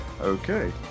Okay